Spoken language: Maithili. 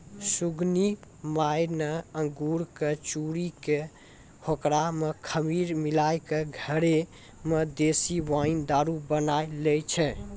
सुगनी माय न अंगूर कॅ चूरी कॅ होकरा मॅ खमीर मिलाय क घरै मॅ देशी वाइन दारू बनाय लै छै